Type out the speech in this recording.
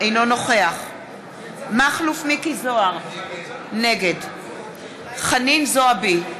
אינו נוכח מכלוף מיקי זוהר, נגד חנין זועבי,